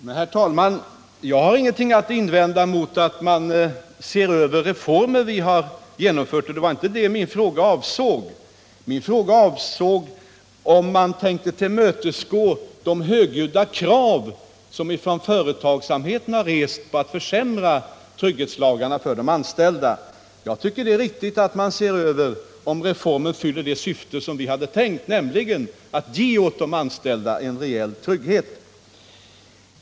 Herr talman! Jag har ingenting att invända emot att man ser över reformer som vi har genomfört. Det var inte det min fråga avsåg. Min fråga gällde om man tänkte tillmötesgå de högljudda krav som från företagsamheten har rests på att försämra trygghetslagarna för de anställda. Jag tycker det är riktigt att man tar reda på om reformen fyller det syfte som vi hade med den, nämligen att åt de anställda ge en rejäl trygghet.